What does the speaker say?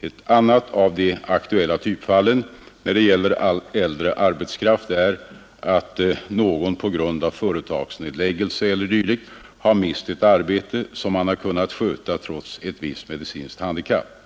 Ett annat av de aktuella typfallen när det gäller äldre arbetskraft är att någon på grund av företagsnedläggelse eller dylikt har mist ett arbete som han har kunnat sköta trots ett visst medicinskt handikapp.